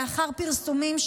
לאחר פרסומים,